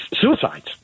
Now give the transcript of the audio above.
suicides